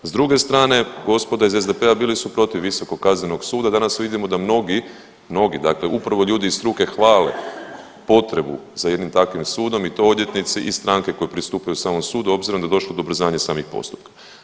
S druge strane gospoda iz SDP-a bili su protiv visokog kaznenog suda, danas vidimo da mnogi, mnogi dakle upravo ljudi iz struke hvale potrebu za jednim takvim sudom i to odvjetnici i stranke koje pristupaju samom sudu obzirom da je došlo do ubrzanja samih postupaka.